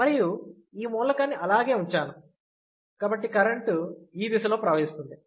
మరియు ఈ మూలకాన్ని అలాగే ఉంచాను కాబట్టి కరెంటు ఈ దిశలో ప్రవహిస్తుంది